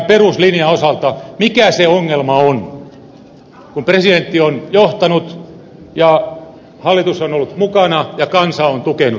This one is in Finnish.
mikä se ongelma on kun presidentti on johtanut ja hallitus on ollut mukana ja kansa on tukenut